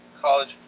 college